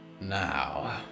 Now